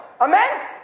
Amen